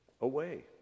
away